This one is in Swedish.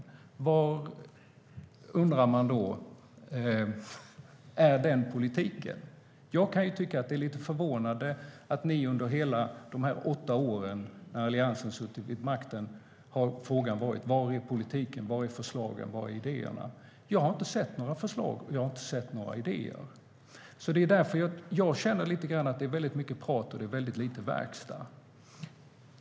Var finns den politiken? Jag kan tycka att det är lite förvånande att ni under dessa åtta år, då Alliansen har suttit vid makten, har frågat: Var är politiken? Var är förslagen? Var är idéerna? Jag har inte sett några förslag eller idéer från er. Därför känner jag att det är väldigt mycket prat och väldigt lite verkstad.